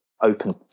open